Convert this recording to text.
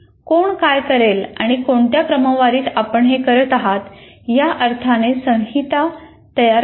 कोण काय करेल आणि कोणत्या क्रमवारीत आपण हे करत आहात या अर्थाने संहिता तयार करा